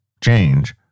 change